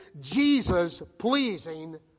Jesus-pleasing